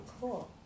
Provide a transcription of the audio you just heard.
cool